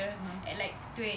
mmhmm